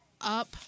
up